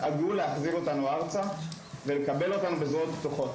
דאגו להחזיר אותנו ארצה ולקבל אותנו בזרועות פתוחות,